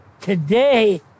today